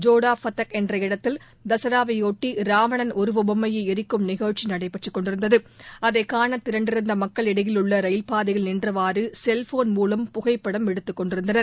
ஜோடாபாதக் என்ற இடத்தில் தசராவைபொட்டி ராவணன் உருவ பொம்மையை எரிக்கும் நிகழ்ச்சி நடைபெற்று கொண்டிருந்தது அதை காண திரண்டிருந்த மக்கள் இடையில் உள்ள ரயில் பாதையில் நின்றவாறு செல்போன் மூலம் புகைப்படம் எடுத்துக்கொண்டிருந்தனர்